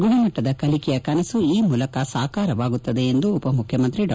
ಗುಣಮಟ್ಲದ ಕಲಿಕೆಯ ಕನಸು ಈ ಮೂಲಕ ಸಾಕಾರವಾಗುತ್ತದೆ ಎಂದು ಉಪಮುಖ್ಯಮಂತ್ರಿ ಡಾ